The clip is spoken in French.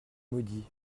maudits